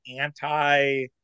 anti